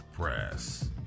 Press